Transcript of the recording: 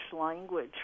language